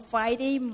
Friday